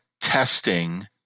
testing